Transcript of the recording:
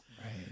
Right